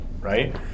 right